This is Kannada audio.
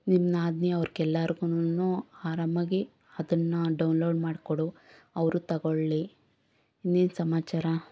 ನಿಮ್ಮ ನಾದಿನಿ ಅವ್ರ್ಗೆ ಎಲ್ಲರ್ಗೂನು ಆರಾಮಾಗಿ ಅದನ್ನು ಡೌನ್ಲೋಡ್ ಮಾಡಿಕೊಡು ಅವರು ತಗೊಳ್ಳಿ ಇನ್ನೇನು ಸಮಾಚಾರ